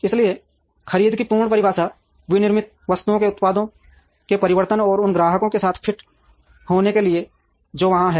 इसलिए खरीद की पूर्व परिभाषा विनिर्मित वस्तुओं में उत्पादों के परिवर्तन और उन ग्राहकों के साथ फिट होने के लिए जो वहां हैं